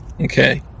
Okay